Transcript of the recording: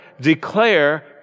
declare